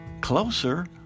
Closer